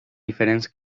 diferents